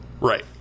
Right